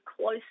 close